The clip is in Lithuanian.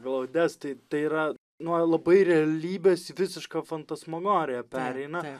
glaudes tai tai yra nuo labai realybės į visišką fantasmagoriją pereina